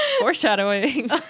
foreshadowing